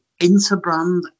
Interbrand